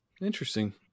Interesting